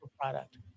product